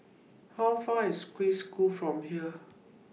How Far IS Swiss School from here